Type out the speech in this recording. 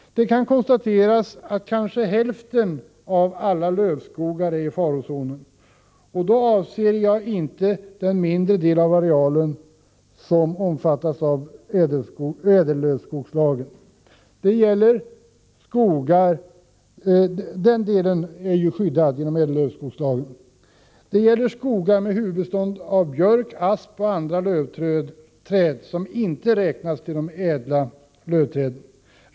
Det kan konstateras att kanske hälften av alla lövskogar är i farozonen, och då avses också arealer som inte omfattas av ädellövskogslagen. Det gäller skogar med huvudbestånd av björk, asp och andra lövträd som inte räknas till de ädla lövträden.